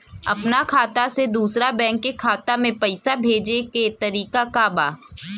अपना खाता से दूसरा बैंक के खाता में पैसा भेजे के तरीका का बा?